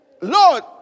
Lord